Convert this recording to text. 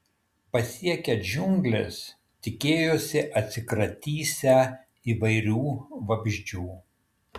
pasiekę džiungles tikėjosi atsikratysią įkyrių vabzdžių